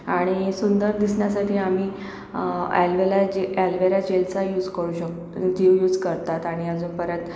आणि सुंदर दिसण्यासाठी आम्ही ॲलवेला जे ॲलवेरा जेलचा यूज करू शक यूज करतात आणि अजून परत